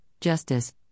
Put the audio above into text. justice